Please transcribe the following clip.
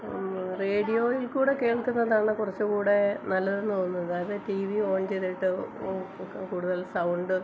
റേഡിയോയിൽ കൂടെ കേൾക്കുന്നതാണ് കുറച്ച് കൂടെ നല്ലതെന്ന് തോന്നുന്നു കാരണം ടി വി ഓൺ ചെയ്തിട്ട് കൂടുതൽ സൗണ്ട്